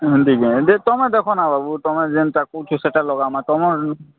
ହେନ୍ତି କେ ତୁମେ ଦେଖନା ବାବୁ ତୁମେ ଯେନ୍ତା କହୁଛ ସେଟା ଲଗାମା ତମର୍ ନୁ